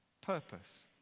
purpose